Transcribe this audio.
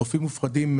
חופים מופרדים,